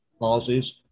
policies